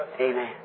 amen